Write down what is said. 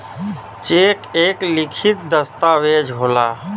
check एक लिखित दस्तावेज होला